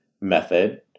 method